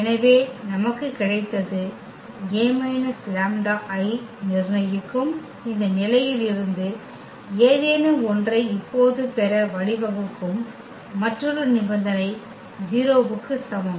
எனவே நமக்கு கிடைத்தது A λI நிர்ணயிக்கும் இந்த நிலையில் இருந்து ஏதேனும் ஒன்றை இப்போது பெற வழிவகுக்கும் மற்றொரு நிபந்தனை 0 க்கு சமம்